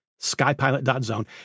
skypilot.zone